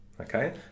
okay